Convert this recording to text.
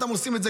דיונים ארוכים,